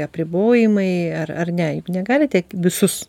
apribojimai ar ar ne negalitek visus